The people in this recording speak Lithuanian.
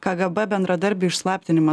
kgb bendradarbių išslaptinimas